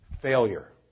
Failure